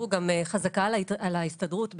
חזקה על ההסתדרות,